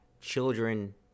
children